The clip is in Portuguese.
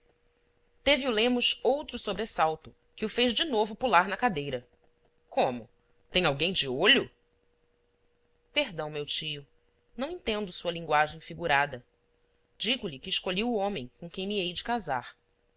teve o lemos outro sobressalto que o fez de novo pular na cadeira como tem alguém de olho perdão meu tio não entendo sua linguagem figurada digo-lhe que escolhi o homem com quem me hei de casar